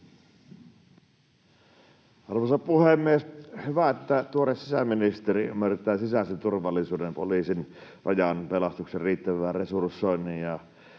Arvoisa puhemies! Hyvä, että tuore sisäministeri ymmärtää sisäisen turvallisuuden — poliisin, Rajan, pelastuksen — riittävän resursoinnin